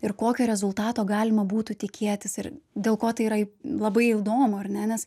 ir kokio rezultato galima būtų tikėtis ir dėl ko tai yra labai įdomu ar ne nes